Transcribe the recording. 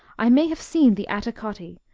i may have seen the attacotti,